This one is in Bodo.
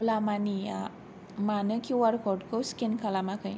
अला मानिया मानो किउ आर क'डखौ स्केन खालामाखै